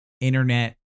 Internet